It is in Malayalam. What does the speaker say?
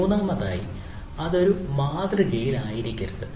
മൂന്നാമതായി അത് ഒരു മാതൃകയിൽ ആയിരിക്കരുത്